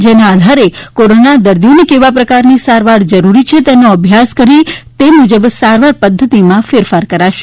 જેના આધારે કોરોના દર્દીઓને કેવા પ્રકારની સારવાર જરૂરી છે તેનો અભ્યાસ કરી તે મુજબ સારવાર પ્રદ્ધતિમાં ફેરફાર કરાશે